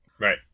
Right